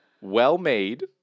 well-made